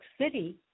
City